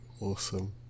awesome